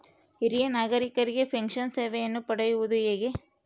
ಹಿರಿಯ ನಾಗರಿಕರಿಗೆ ಪೆನ್ಷನ್ ಸೇವೆಯನ್ನು ಪಡೆಯುವುದು ಹೇಗೆ?